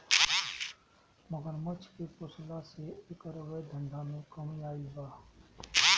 मगरमच्छ के पोसला से एकर अवैध धंधा में कमी आगईल बा